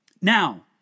Now